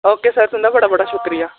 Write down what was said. okay sir तुंदा बड़ा बड़ा शुक्रिया